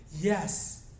Yes